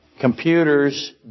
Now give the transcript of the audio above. Computers